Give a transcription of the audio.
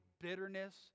bitterness